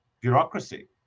bureaucracy